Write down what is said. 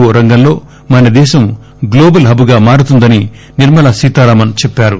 ఓ రంగంలో మనదేశం గ్లోబల్ హబ్గా మారుతుందని నిర్మలా సీతారామన్ చెప్పారు